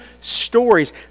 stories